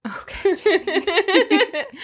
okay